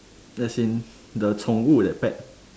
as in the 宠物 that pet